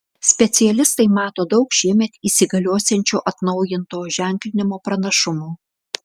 specialistai mato daug šiemet įsigaliosiančio atnaujinto ženklinimo pranašumų